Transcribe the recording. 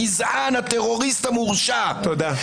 הגזען הטרוריסט המורשע -- תודה.